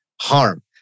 harm